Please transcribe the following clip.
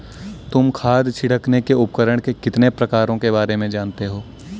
तुम खाद छिड़कने के उपकरण के कितने प्रकारों के बारे में जानते हो?